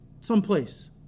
someplace